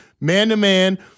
man-to-man